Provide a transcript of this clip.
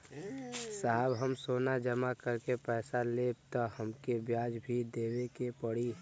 साहब हम सोना जमा करके पैसा लेब त हमके ब्याज भी देवे के पड़ी?